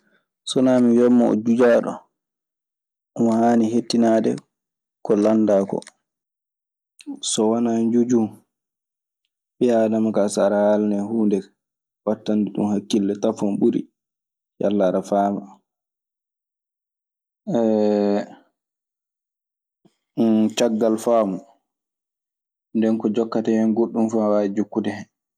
So wanaa mi wiyan mo o jujaaɗo. Omo haani heɗtinaade ko landaa koo. So wanaa njujunfu, ɓi aadama kaa so aɗa haalanee huunde kaa, waɗtande ɗun hakkille tafon ɓuri, yalla aɗa faama. Caggal faamu, nden ko jokkata hen goɗɗun fuu ana waawi jokkude hen.